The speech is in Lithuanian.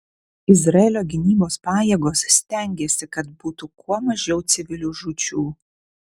izraelio gynybos pajėgos stengiasi kad būtų kuo mažiau civilių žūčių